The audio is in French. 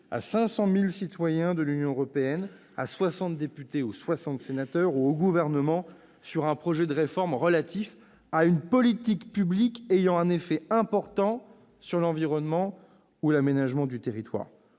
à 500 000 citoyens de l'Union européenne, à 60 députés ou 60 sénateurs, ou au Gouvernement sur un projet de réforme relatif à une politique publique ayant un effet important sur l'environnement ou l'aménagement du territoire.